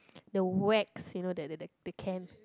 the wax you know that the the can